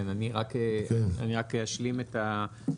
אני רק אשלים את הדברים.